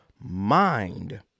mind